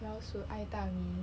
老鼠爱大米